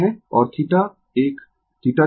और θ एक θ2 क्रमशः V1 और V2 के कोण है